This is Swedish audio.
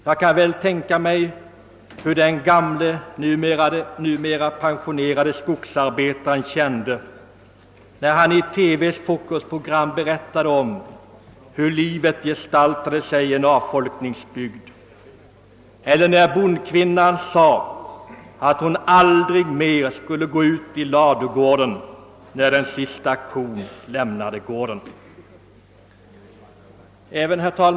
Jag kan väl tänka mig hur den gamle, numera pensionerade skogsarbetaren, som i Fokus berättade om hur livet gestaltade sig i en avfolkningsbygd, kände det, eller hur den bondkvinna kände det som när den sista kon lämnat gården sade att hon aldrig mer skulle gå ut i ladugården.